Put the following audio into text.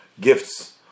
gifts